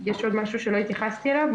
יש עוד משהו שלא התייחסתי אליו?